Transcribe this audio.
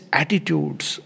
attitudes